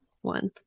one